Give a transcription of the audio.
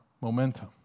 momentum